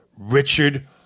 Richard